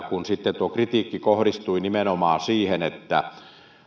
kun sitten tuo kritiikki kohdistui nimenomaan siihen että